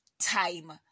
time